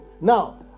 now